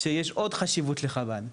שיש עוד חשיבות לחב"ד.